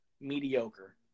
Mediocre